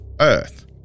Earth